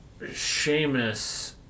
Seamus